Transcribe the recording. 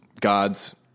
gods